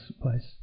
place